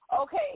okay